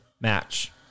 match